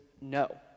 no